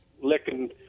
licking